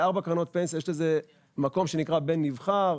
בארבע קרנות פנסיה יש לזה מקום שנקרא בן נבחר,